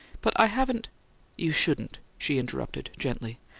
but i haven't you shouldn't, she interrupted, gently.